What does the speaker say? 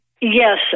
Yes